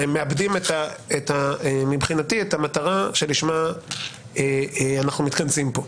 מאבדים מבחינתי את המטרה שלשמה אנחנו מתכנסים פה.